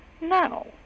No